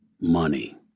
Money